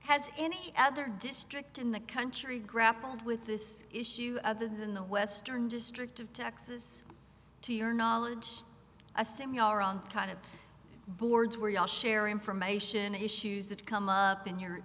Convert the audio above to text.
has any other district in the country grappled with this issue other than the western district of texas to your knowledge i assume you are on kind of boards where you all share information issues that come up in you